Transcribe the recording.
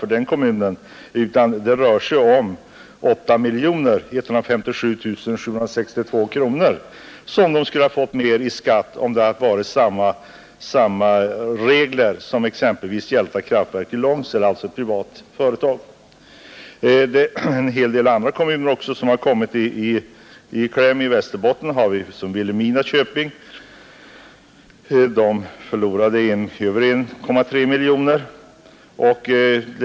1969 skulle kommunen ha fått 8 157 762 kronor mera i skatt, om samma regler gällt som i fråga om exempelvis kraftverket i Långsele, vilket ägs av ett privat företag. Vilhelmina köping i Västerbotten förlorade över 1,3 miljoner kronor.